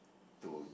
to